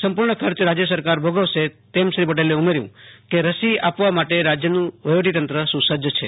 સંપૂર્ણ ખર્ચ રાજ્ય સરકાર ભોગવશે શ્રી પટેલે ઉમેર્યું કે રસી આપવા માટે રાજ્યનું વહીવટીતંત્ર સુ સજ્જ્છે